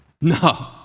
No